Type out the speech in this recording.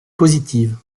positive